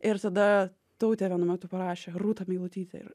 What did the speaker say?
ir tada tautė vienu metu parašė rūta meilutytė ir